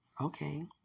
Okay